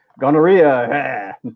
Gonorrhea